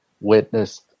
witnessed